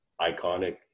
iconic